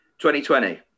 2020